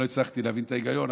אני לא הצלחתי להבין את ההיגיון,